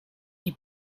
nie